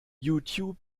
youtube